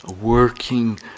working